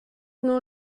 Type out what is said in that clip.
nur